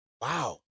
Wow